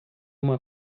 uma